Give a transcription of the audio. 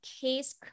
case